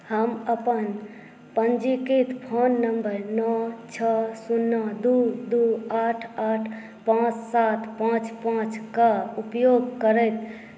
हम अपन पञ्जीकृत फोन नम्बर नओ छओ सुन्ना दुइ दुइ आठ आठ पाँच सात पाँच पाँचके उपयोग करैत